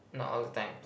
not all the time